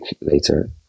later